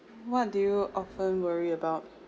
what do you often worry about